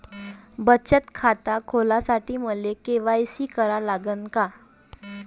बचत खात खोलासाठी मले के.वाय.सी करा लागन का?